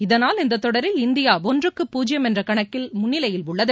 இதனால் இந்தத் தொடரில் இந்தியா ஒன்றுக்கு பூஜ்யம் என்ற கணக்கில் முன்ளிலையில் உள்ளது